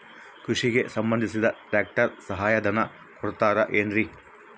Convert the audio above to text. ಕೃಷಿಗೆ ಸಂಬಂಧಿಸಿದಂತೆ ಟ್ರ್ಯಾಕ್ಟರ್ ಸಹಾಯಧನ ಕೊಡುತ್ತಾರೆ ಏನ್ರಿ?